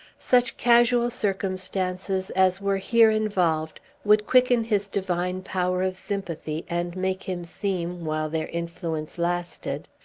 such casual circumstances as were here involved would quicken his divine power of sympathy, and make him seem, while their influence lasted,